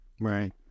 Right